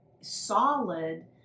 solid